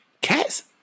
cats